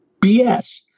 BS